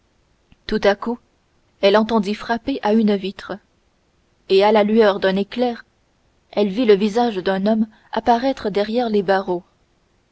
tout à coup elle entendit frapper à une vitre et à la lueur d'un éclair elle vit le visage d'un homme apparaître derrière les barreaux